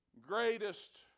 greatest